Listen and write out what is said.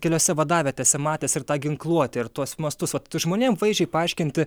keliose vadavietėse matęs ir tą ginkluotę ir tuos mastus vat žmonėm vaizdžiai paaiškinti